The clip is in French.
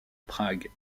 prague